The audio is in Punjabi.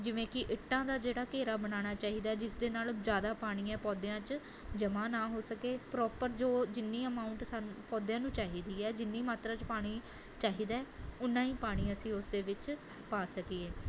ਜਿਵੇਂ ਕਿ ਇੱਟਾਂ ਦਾ ਜਿਹੜਾ ਘੇਰਾ ਬਣਾਉਣਾ ਚਾਹੀਦਾ ਜਿਸ ਦੇ ਨਾਲ ਜ਼ਿਆਦਾ ਪਾਣੀ ਹੈ ਪੌਦਿਆਂ 'ਚ ਜਮ੍ਹਾਂ ਨਾ ਹੋ ਸਕੇ ਪ੍ਰੋਪਰ ਜੋ ਜਿੰਨੀ ਅਮਾਊਂਟ ਸਾਨੂੰ ਪੌਦਿਆਂ ਨੂੰ ਚਾਹੀਦੀ ਹੈ ਜਿੰਨੀ ਮਾਤਰਾ 'ਚ ਪਾਣੀ ਚਾਹੀਦਾ ਉੱਨਾਂ ਹੀ ਪਾਣੀ ਅਸੀਂ ਉਸ ਦੇ ਵਿੱਚ ਪਾ ਸਕੀਏ